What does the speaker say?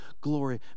glory